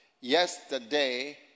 yesterday